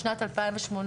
בשנת 2018,